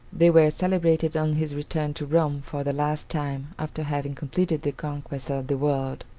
they were celebrated on his return to rome for the last time, after having completed the conquest of the world.